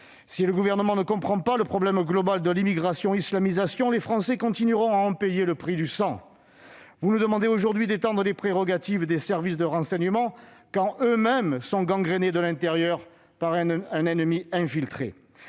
Si le Gouvernement ne comprend pas le problème global de l'immigration-islamisation, les Français continueront à en payer le prix du sang. Vous nous demandez aujourd'hui d'étendre les prérogatives des services de renseignement, quand eux-mêmes sont gangrénés de l'intérieur par un ennemi infiltré